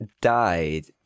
died